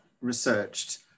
researched